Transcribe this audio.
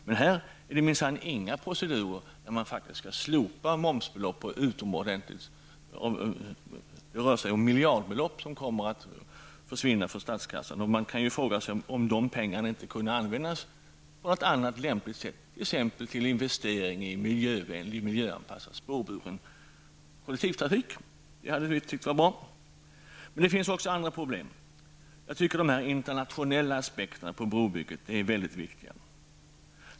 Men här är det minsann inga procedurer när man skall avstå från momsbelopp, och det rör sig om miljardbelopp som kommer att försvinna från statskassan. Man kan fråga sig om inte dessa pengar kunnat användas på något annat lämpligt sätt, t.ex. till investering i miljövänlig, miljöanpassad spårburen kollektivtrafik. Det hade vi ansett vara bra. Men det finns också andra problem. De internationella aspekterna på brobygget är mycket viktiga.